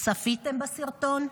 "צפיתם בסרטון?